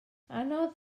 anodd